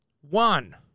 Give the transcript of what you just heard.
One